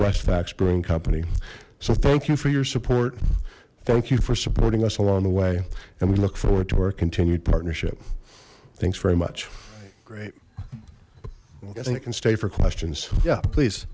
west facts brewing company so thank you for your support thank you for supporting us along the way and we look forward to our continued partnership thanks very much great i think it can stay for questions yeah please